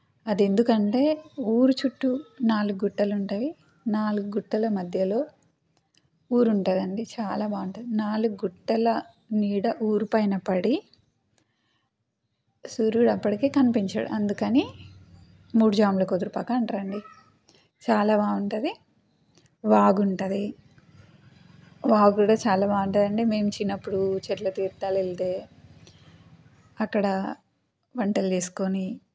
అది ఎందుకంటే ఊరు చుట్టూ నాలుగు గుట్టలు ఉంటావి నాలుగు గుట్టల మధ్యలో ఊరు ఉంటదండి చాలా బాగుంటది నాలుగు గుట్టల నీడ ఊరు పైన పడి సూర్యుడు అప్పటికీ కనిపించడు అందుకని మూడు జాముల కుదురుపాక అంటారండి చాలా బాగుంటది వాగు ఉంటది వాగు కూడా చాలా బాగుంటదండి మేము చిన్నప్పుడు చెట్ల తీర్థాలు ఎళితే అక్కడ వంటలు చేసుకొని